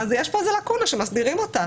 יש כאן איזו לקונה שמסדירים אותה.